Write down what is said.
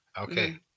Okay